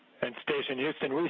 and station houston,